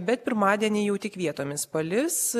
bet pirmadienį jau tik vietomis palis